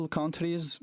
countries